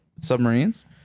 submarines